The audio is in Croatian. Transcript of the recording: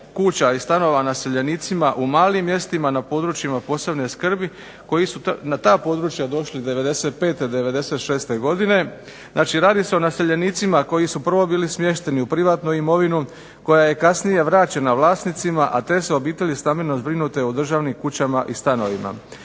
kuća i stanova naseljenicima u malim mjestima na područjima posebne skrbi, koji su na ta područja došli '95., '96. godine, znači radi se o naseljenicima koji su prvo bili smješteni u privatnu imovinu koja je kasnije vraćena vlasnicima, a te su obitelji stambeno zbrinute u državnim kućama i stanovima.